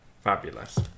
fabulous